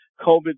COVID